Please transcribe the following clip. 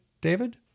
David